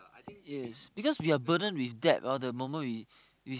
yes because we are burden with debt ah the moment we